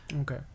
Okay